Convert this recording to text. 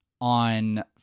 on